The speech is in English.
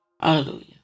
hallelujah